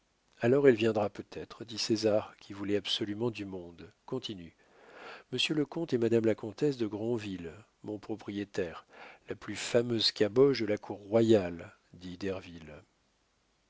alors elle viendra peut-être dit césar qui voulait absolument du monde continue monsieur le comte et madame la comtesse de granville mon propriétaire la plus fameuse caboche de la cour royale dit